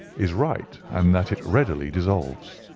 is right, and that it readily dissolves.